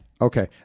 Okay